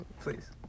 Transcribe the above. Please